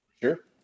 Sure